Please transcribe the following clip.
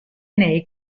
nei